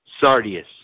sardius